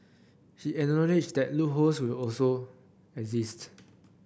he acknowledged that loopholes will always exist